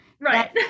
Right